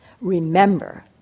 Remember